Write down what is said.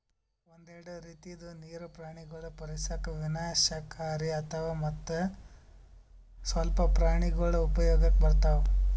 ಒಂದೆರಡು ರೀತಿದು ನೀರು ಪ್ರಾಣಿಗೊಳ್ ಪರಿಸರಕ್ ವಿನಾಶಕಾರಿ ಆತವ್ ಮತ್ತ್ ಸ್ವಲ್ಪ ಪ್ರಾಣಿಗೊಳ್ ಉಪಯೋಗಕ್ ಬರ್ತವ್